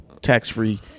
tax-free